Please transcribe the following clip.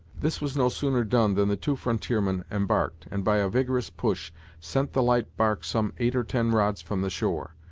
this was no sooner done than the two frontiermen embarked, and by a vigorous push sent the light bark some eight or ten rods from the shore.